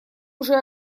уже